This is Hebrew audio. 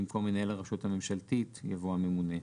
במקום "מנהל הרשות הממשלתית" יבוא "הממונה".